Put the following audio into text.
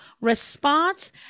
response